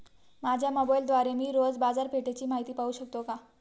माझ्या मोबाइलद्वारे मी रोज बाजारपेठेची माहिती पाहू शकतो का?